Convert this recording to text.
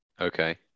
Okay